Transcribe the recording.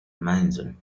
madison